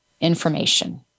information